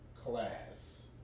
class